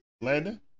Landon